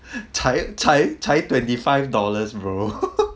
才才才 twenty five dollars bro